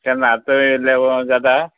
केन्ना आतां येयल्यार जाता